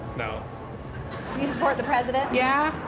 no. do you support the president? yeah.